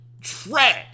Trash